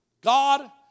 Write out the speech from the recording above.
God